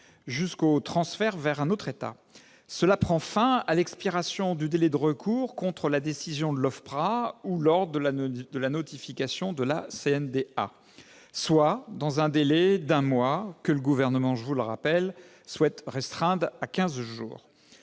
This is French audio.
jusqu'au transfert vers un autre État. Il prend fin à l'expiration du délai de recours contre la décision de l'OFPRA ou lors de la notification de la CNDA, soit dans un délai d'un mois, que le Gouvernement, je vous